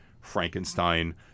Frankenstein